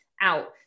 out